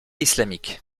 islamique